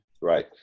Right